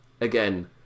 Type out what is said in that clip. again